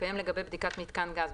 התקיים לגבי בדיקת מיתקן גז,